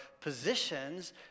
positions